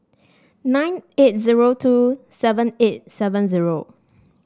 nine eight zero two seven eight seven zero